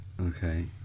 Okay